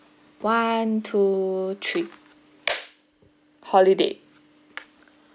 one two three holiday